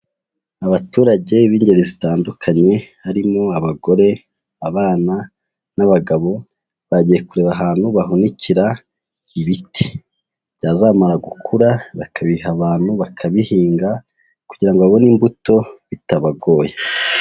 Abaturage b'ingeri zitandukanye, harimo abagore, abana n'abagabo. Bagiye kureba ahantu bahunikira ibiti. Byazamara gukura bakabiha abantu, bakabihinga kugira ngo babone imbuto bitabagoye.